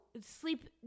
sleep